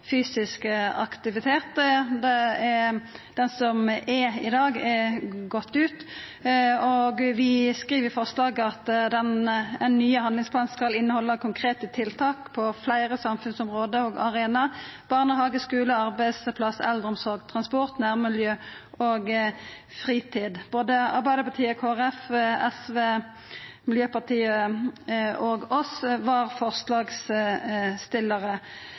fysisk aktivitet. Han som er i dag, er gått ut. Vi skriv i forslaget at den nye handlingsplanen skal innehalda konkrete tiltak på fleire samfunnsområde og arenaer: barnehage, skule, arbeidsplass, eldreomsorg, transport, nærmiljø og fritid. Både Arbeidarpartiet, Kristeleg Folkeparti, Sosialistisk Venstreparti, Miljøpartiet Dei Grøne og Senterpartiet var forslagsstillarar.